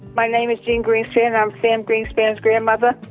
my name is jean greenspan. i'm sam greenspan's grandmother.